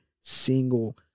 single